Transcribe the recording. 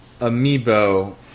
Amiibo